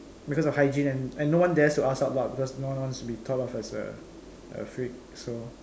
because of hygiene and and no one dares to ask out because no one wants to be thought of as a a freak so